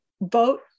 vote